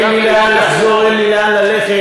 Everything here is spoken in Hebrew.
אין לי לאן לחזור, אין לי לאן ללכת.